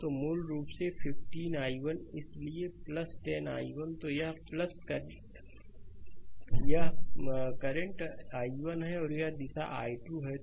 तो मूल रूप से 15 i1 इसलिए 10 i1 तो यह करंट i1 है और यह दिशा i2 है